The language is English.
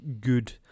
good